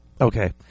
Okay